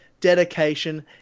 dedication